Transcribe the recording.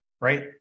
right